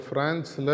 France